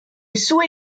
sue